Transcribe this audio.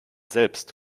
selbst